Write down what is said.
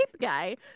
guy